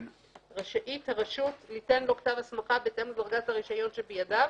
רשאית הרשות ליתן לו כתב הסמכה בהתאם לדרגת הרישיון שבידיו